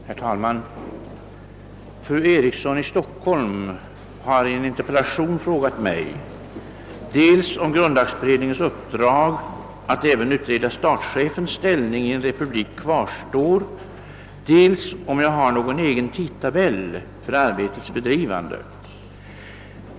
Herr talman! Fru Eriksson i Stockholm har i en interpellation frågat mig dels om grundlagberedningens uppdrag att även utreda statschefens ställning i en republik kvarstår, dels om jag har någon egen tidtabell för arbetets bedrivande.